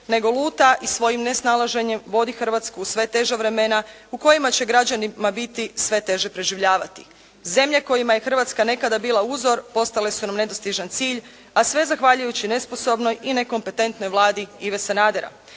nego luta i svojim nesnalaženjem vodi Hrvatsku u sve teža vremena u kojima će građanima biti sve teže preživljavati. Zemlje kojima je Hrvatska bila uzor postale su nam nedostižan cilj a sve zahvaljujući nesposobnoj i nekompetentnoj Vladi Ive Sanadera.